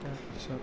তাৰপিছত